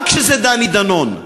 גם כשזה דני דנון,